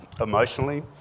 Emotionally